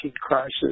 crisis